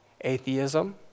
atheism